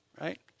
right